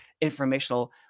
informational